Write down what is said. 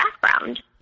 background